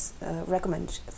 recommend